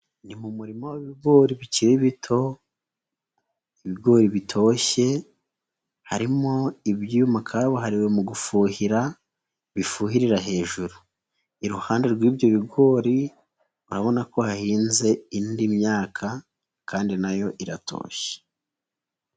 Ni mu murima w'ibigori bikiri bito, ibigori bitoshye harimo ibyuma kabuhariwe mu gufuhira, bifuhirira hejuru, iruhande rw'ibyo bigori urabona ko hahinze indi myaka kandi nayo iratoshye.